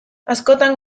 askotan